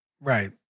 Right